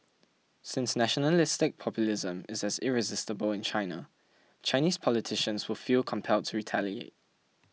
since nationalistic populism is as irresistible in China Chinese politicians will feel compelled to retaliate